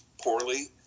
poorly